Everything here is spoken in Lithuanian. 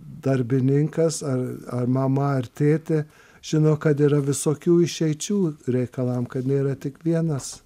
darbininkas ar ar mama ar tėtė žino kad yra visokių išeičių reikalam kad nėra tik vienas